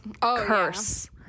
curse